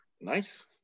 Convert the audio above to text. nice